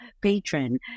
patron